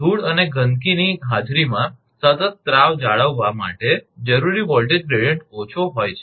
ધૂળ અને ગંદકીની હાજરીમાં સતત સ્રાવ જાળવવા માટે જરૂરી વોલ્ટેજ ગ્રેડીયંટ ઓછો હોય છે